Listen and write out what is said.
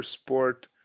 sport